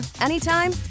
anytime